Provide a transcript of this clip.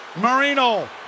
Marino